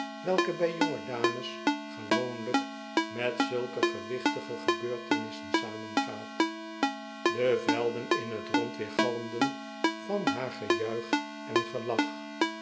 welke bij jongedames gewooiilijk met zulke gewichtige gebeurtenissen samengaat de velden in het rond weergalmden van haar gejuich en gelach